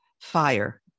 fire